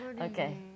Okay